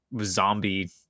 zombie